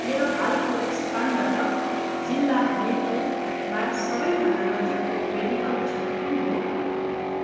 मेरो हालको स्थानबाट जिल्ला हमिरपुरमा सबैभन्दा नजिकको मेडिकल स्टोर कुन हो